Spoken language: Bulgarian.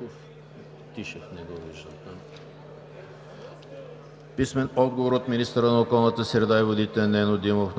Гьоков; - министъра на околната среда и водите Нено Димов